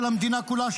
של המדינה כולה,